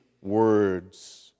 Words